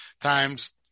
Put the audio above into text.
times